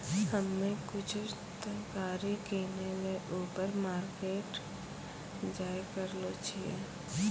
हम्मे कुछु तरकारी किनै ल ऊपर मार्केट जाय रहलो छियै